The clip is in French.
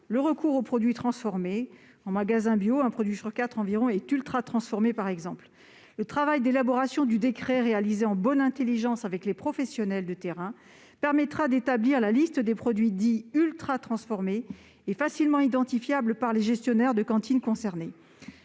le recours aux produits transformés. Dans un magasin bio, par exemple, un produit sur quatre environ est ultratransformé. Le travail d'élaboration du décret réalisé en bonne intelligence avec les professionnels de terrain permettra d'établir la liste des produits dits « ultratransformés » et facilement identifiables par les gestionnaires des cantines concernées.